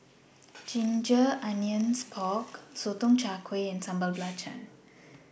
Ginger Onions Pork Sotong Char Kway and Sambal Belacan